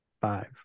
five